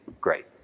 great